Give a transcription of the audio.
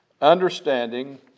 understanding